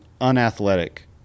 unathletic